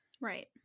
Right